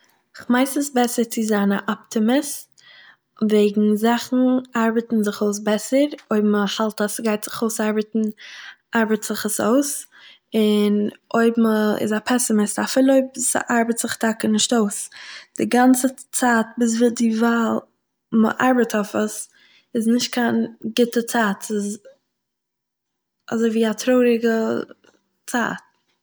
איך מיין ס'איז בעסער צו זיין א אפטימיסט וועגן זאכן ארבעטן זיך אויס בעסער אויב מ'האלט אז ס'גייט זיך אויסארבעטן - ארבעט זיך עס אויס, און אויב מ'ה- מ'איז א פעסימיסט, אפילו אויב עס ארבעט זיך טאקע נישט אויס, די גאנצע צייט ביז ווען דערווייל מ'ארבעט אויף עס איז נישט קיין גוטע צייט, ס'איז אזויווי א טרויעריגע צייט